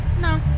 No